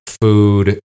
food